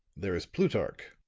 there is plutarch,